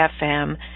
fm